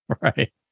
right